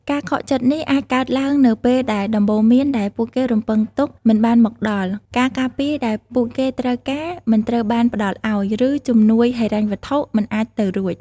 ការខកចិត្តនេះអាចកើតឡើងនៅពេលដែលដំបូន្មានដែលពួកគេរំពឹងទុកមិនបានមកដល់ ការការពារដែលពួកគេត្រូវការមិនត្រូវបានផ្ដល់ឱ្យ ឬជំនួយហិរញ្ញវត្ថុមិនអាចទៅរួច។